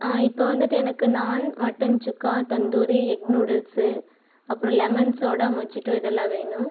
ஆ இப்போ வந்துவிட்டு எனக்கு naan mutton chukka tandoori egg noodles அப்புறம் லெமன் சோடா மொஜிட்டோ இதெல்லாம் வேணும்